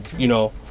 you know,